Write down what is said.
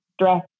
stress